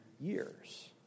years